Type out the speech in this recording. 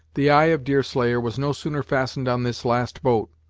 the eye of deerslayer was no sooner fastened on this last boat,